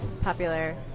popular